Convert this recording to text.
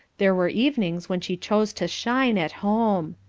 there were evenings when she chose to shine at home.